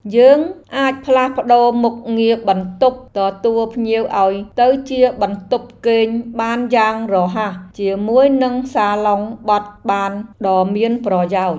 យើងអាចផ្លាស់ប្តូរមុខងារបន្ទប់ទទួលភ្ញៀវឱ្យទៅជាបន្ទប់គេងបានយ៉ាងរហ័សជាមួយនឹងសាឡុងបត់បានដ៏មានប្រយោជន៍។